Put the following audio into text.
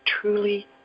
truly